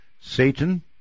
Satan